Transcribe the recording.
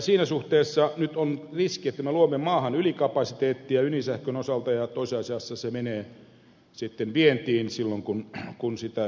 siinä suhteessa nyt on riski että me luomme maahan ylikapasiteettia ydinsähkön osalta ja tosiasiassa se menee sitten vientiin silloin kun sitä kapasiteettia puretaan